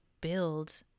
build